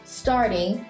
starting